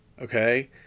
okay